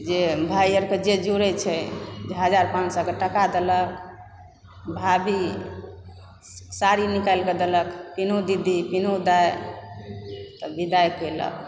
जे भाय आरके जे जुड़ए छै हजार पाँच सए के टका देलक भाभी साड़ी निकालि कऽ देलक पिनहु दीदी पीनहुँ दाय तऽ विदाइ केलक